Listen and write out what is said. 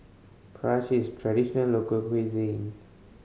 prata cheese is a traditional local cuisine